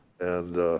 and